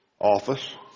Office